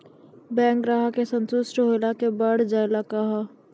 Bank ग्राहक के संतुष्ट होयिल के बढ़ जायल कहो?